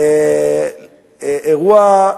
אירוע,